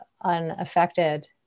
unaffected